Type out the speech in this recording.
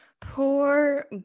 Poor